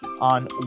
on